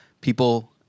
people